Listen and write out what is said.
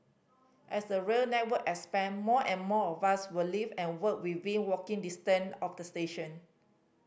as the rail network expand more and more of us will live and work within walking distance of a station